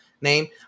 name